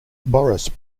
boris